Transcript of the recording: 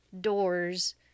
doors